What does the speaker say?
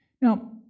Now